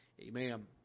amen